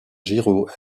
giraud